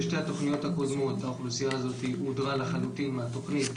בשתי התוכניות הקודמות האוכלוסייה הזו הודרה לחלוטין מהתוכנית,